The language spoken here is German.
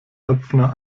höpfner